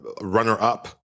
runner-up